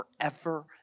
forever